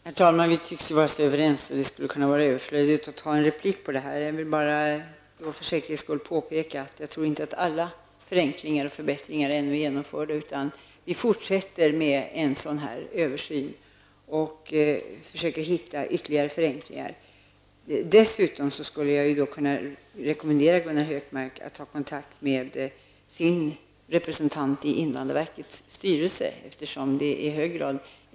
Herr talman! Vi tycks vara så överens att det skulle vara överflödigt att ta en replik på detta. Jag vill bara, för säkerhets skull, påpeka att jag inte tror att alla förenklingar och förbättringar ännu är genomförda. Vi fortsätter med en översyn och försöker hitta ytterligare förenklingar. Dessutom kan jag rekommendera Gunnar Hökmark att ta kontakt med sin representant i invandrarverkets styrelse.